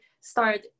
start